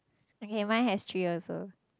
okay mine has three also